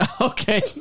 Okay